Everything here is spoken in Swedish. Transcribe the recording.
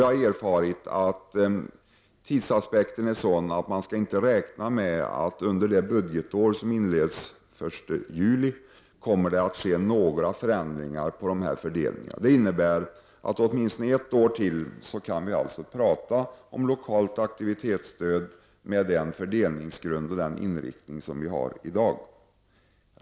Jag har erfarit att tidsaspekten är sådan att man inte skall räkna med att det kommer att ske några förändringar när det gäller fördelningen under det budgetår som inleds den 1 juli. Detta innebär att vi åtminstone under ett år till kan tala om lokalt aktivitetsstöd med den fördelningsgrund och inriktning som vi har i dag.